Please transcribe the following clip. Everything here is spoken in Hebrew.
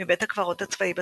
מבית הקברות הצבאי בצפון,